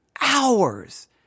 hours